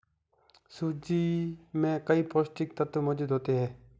सूजी में कई पौष्टिक तत्त्व मौजूद होते हैं